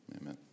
amen